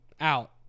out